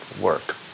work